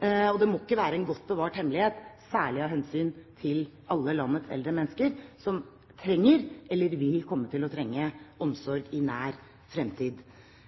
realiteter. Det må ikke være en godt bevart hemmelighet – særlig av hensyn til alle landets eldre mennesker som trenger eller vil komme til å trenge omsorg i nær fremtid.